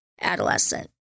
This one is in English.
adolescent